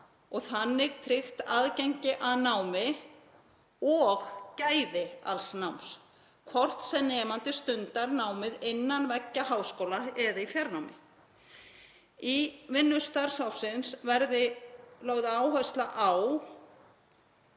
og þannig tryggt aðgengi að námi og gæði alls náms, hvort sem nemandi stundar námið innan veggja háskóla eða í fjarnámi. Í vinnu starfshópsins verði lögð áhersla á